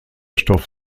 stoff